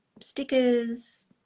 stickers